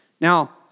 Now